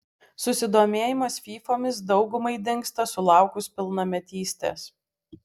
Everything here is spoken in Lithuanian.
susidomėjimas fyfomis daugumai dingsta sulaukus pilnametystės